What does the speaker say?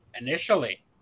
Initially